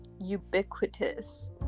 ubiquitous